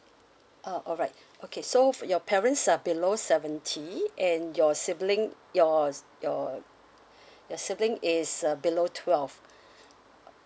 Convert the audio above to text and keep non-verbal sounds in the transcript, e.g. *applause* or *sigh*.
oh alright okay so for your parents are below seventy and your sibling yours your *breath* your sibling is uh below twelve *breath*